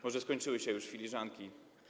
Może skończyły się już filiżanki.